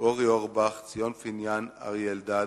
אורי אורבך, ציון פיניאן ואריה אלדד.